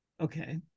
okay